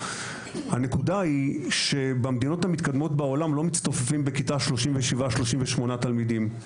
הנקודה היא שבמדינות המתקדמות בעולם לא מצטופפים בכיתה 37 38 תלמידים,